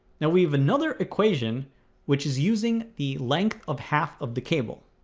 now we have another equation which is using the length of half of the cable